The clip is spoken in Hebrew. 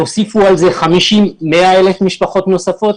תוסיפו על זה 100,000 משפחות נוספות